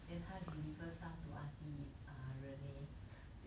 then 他 deliver some to auntie e~ err renee